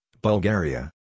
Bulgaria